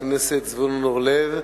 חבר הכנסת זבולון אורלב,